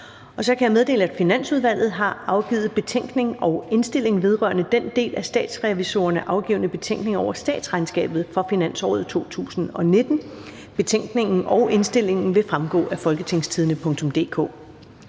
Så kan jeg meddele, at Finansudvalget har afgivet: Betænkning og indstilling vedrørende den af Statsrevisorerne afgivne betænkning over statsregnskabet for finansåret 2019. (Beslutningsforslag nr. 284). Betænkningen og indstillingen vil fremgå af folketingstidende.dk.